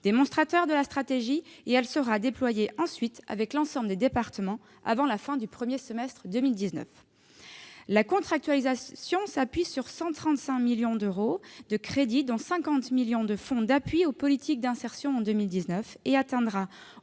démonstrateurs de la stratégie, qui sera déployée ensuite dans l'ensemble des départements avant la fin du premier semestre 2019. La contractualisation s'appuie sur 135 millions d'euros de crédits, dont 50 millions d'euros de fonds d'appui aux politiques d'insertion en 2019, et atteindra